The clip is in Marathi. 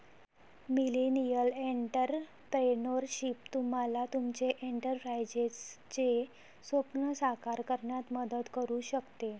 मिलेनियल एंटरप्रेन्योरशिप तुम्हाला तुमचे एंटरप्राइझचे स्वप्न साकार करण्यात मदत करू शकते